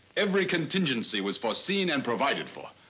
every contingency was foreseen and provided for.